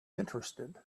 interested